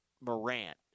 Morant